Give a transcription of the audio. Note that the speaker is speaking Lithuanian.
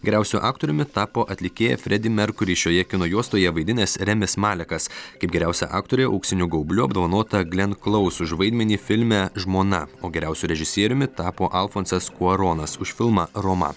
geriausiu aktoriumi tapo atlikėją fredį merkurį šioje kino juostoje vaidinęs remis malekas kaip geriausia aktorė auksiniu gaubliu apdovanota glen klaus už vaidmenį filme žmona o geriausiu režisieriumi tapo alfonsas kuaronas geriausiu režisieriumi tapo alfonsas kuaronas už filmą roma